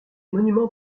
monuments